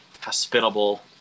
hospitable